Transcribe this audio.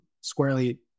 squarely